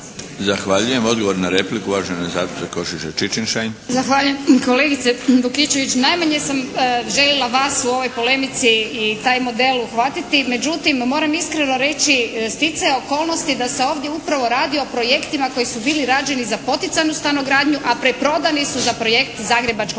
Zahvaljujem. Odgovor na repliku, uvažena zastupnica Košiša Čičin-Šain. **Košiša Čičin-Šain, Alenka (HNS)** Zahvaljujem. Kolegice Vukičević najmanje sam željela vas u ovoj polemici i taj model uhvatiti, međutim moram iskreno reći sticaj je okolnosti da se ovdje upravo radi o projektima koji su bili rađeni za poticanu stanogradnju, a preprodani su za projekt zagrebačkog